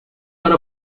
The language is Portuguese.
para